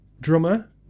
drummer